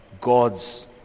God's